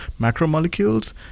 macromolecules